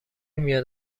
میاد